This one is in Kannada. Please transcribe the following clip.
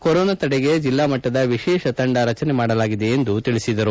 ಕೊರೋನಾ ತಡೆಗೆ ಜಿಲ್ಲಾ ಮಟ್ಟದ ವಿಶೇಷ ತಂಡ ರಜನೆ ಮಾಡಲಾಗಿದೆ ಎಂದು ತಿಳಿಸಿದರು